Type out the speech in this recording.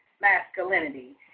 masculinity